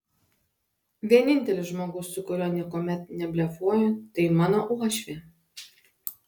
vienintelis žmogus su kuriuo niekuomet neblefuoju tai mano uošvė